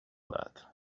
that